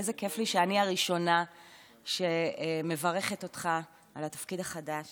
איזה כיף לי שאני הראשונה שאני מברכת אותך על התפקיד החדש.